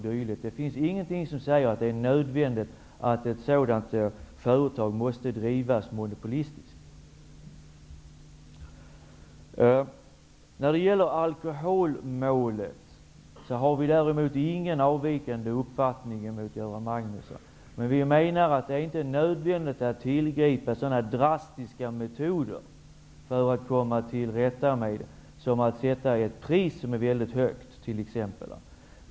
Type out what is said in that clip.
Det finns ingenting som säger att det är nödvändigt att företag som säljer alkoholprodukter måste drivas monopolistiskt. När det gäller 25-procentsmålet har vi däremot ingen avvikande uppfattning. Vi menar dock att det inte är nödvändigt att tillgripa så drastiska metoder för att komma till rätta med problemen som att sätta ett väldigt högt pris.